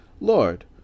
Lord